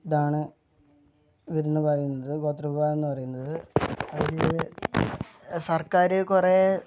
ഇതാണ് ഇവരെന്ന് പറയുന്നത് ഗോത്ര വിഭാഗം എന്ന് പറയുന്നത് അതിൽ സർക്കാര് കുറെ